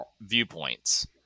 viewpoints